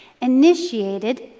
initiated